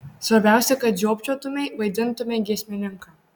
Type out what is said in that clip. svarbiausia kad žiopčiotumei vaidintumei giesmininką